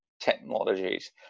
technologies